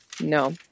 No